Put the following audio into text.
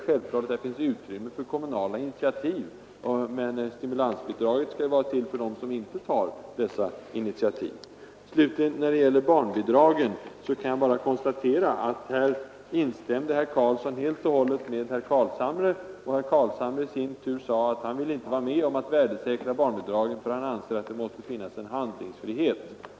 Självfallet finns det utrymme för kommunala initiativ, men stimulansbidraget skulle ju tillkomma med tanke på kommuner som inte tar egna initiativ. När det slutligen gäller barnbidragen kan jag bara konstatera att herr Karlsson helt instämde med herr Carlshamre, som i sin tur sade att han inte ville vara med om att värdesäkra barnbidragen, eftersom det enligt hans mening måste finnas en handlingsfrihet.